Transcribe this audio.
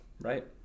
right